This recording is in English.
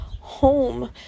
home